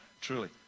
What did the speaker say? truly